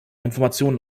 informationen